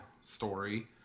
story